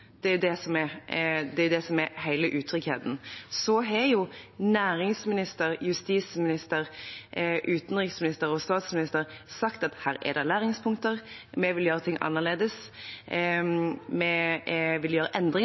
jo det som er hele utryggheten. Næringsministeren, justisministeren, utenriksministeren og statsministeren har sagt at her er det læringspunkter, vi vil gjøre ting annerledes, vi vil gjøre endringer,